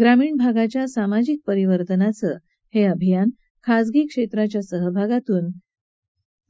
ग्रामीण भागच्या सामाजिक परिवर्तनाचं हे अभियान खाजगी क्षेत्राच्या सहभागातून